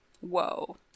Whoa